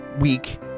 week